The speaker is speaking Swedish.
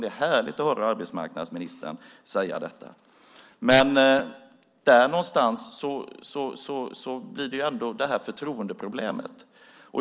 Det är härligt att höra arbetsmarknadsministern säga detta. Där någonstans har vi förtroendeproblemet.